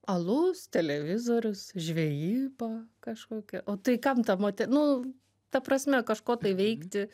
alus televizorius žvejyba kažkokia o tai kam ta mote nu ta prasme kažko tai veikti